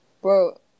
Bro